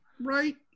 Right